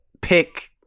pick